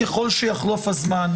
ככל שיחלוף הזמן,